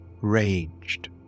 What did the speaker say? raged